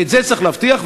ואת זה צריך להבטיח,